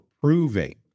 proving